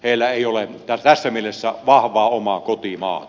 heillä ei ole tässä mielessä vahvaa omaa kotimaata